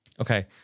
Okay